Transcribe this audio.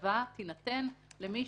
שההטבה תינתן למי